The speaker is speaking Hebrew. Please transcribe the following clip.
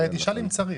תשאל אם צריך.